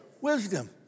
wisdom